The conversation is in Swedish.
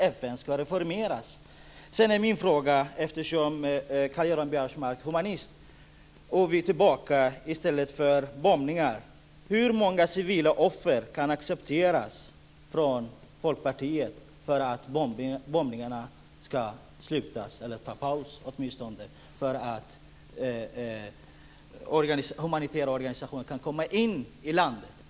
Eftersom Karl-Göran Biörsmark är humanist och vill att man ska dra sig tillbaka i stället för att bomba är min fråga: Hur många civila offer kan accepteras från Folkpartiet innan bombningarna kan sluta eller åtminstone ta paus så att humanitära organisationer kan komma in i landet?